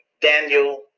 Daniel